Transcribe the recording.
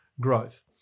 growth